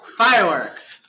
fireworks